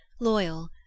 loyal